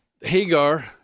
Hagar